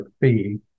fee